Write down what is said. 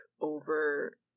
over